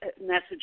message